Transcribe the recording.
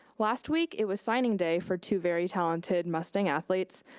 last week it was signing day for two very talented mustang athletes.